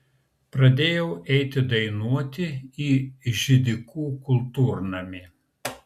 pradėjau eiti dainuoti į židikų kultūrnamį